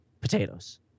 potatoes